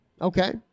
Okay